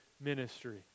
ministry